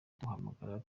duhamagara